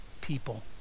people